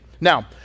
Now